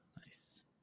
Nice